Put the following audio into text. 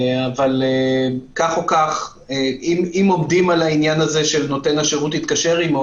אבל כך או כך אם עומדים על העניין הזה של "נותן השירות התקשר עמו",